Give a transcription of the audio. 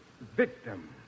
victim